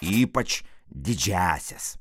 ypač didžiąsias